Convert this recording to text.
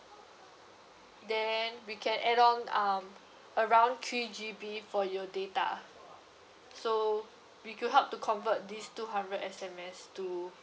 then we can add on um around three G_B for your data so we could help to convert these two hundred S_M_S to